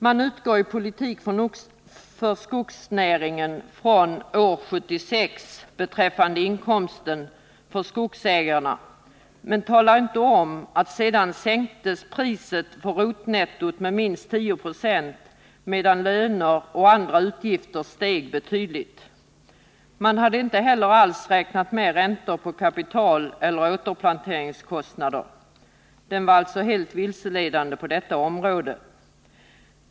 Man utgår i Politik för skogsnäringen från år 1976 när det gäller inkomsten för skogsägarna, men man talar inte om att priset på rotnettot därefter sänkts med minst 10 26, medan löner och andra utgifter stigit betydligt. Man har inte heller räknat med räntor på kapital eller med återplanteringskostnader. Programmet är alltså helt vilseledande på detta område.